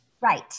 Right